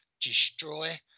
destroy